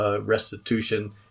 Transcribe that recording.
restitution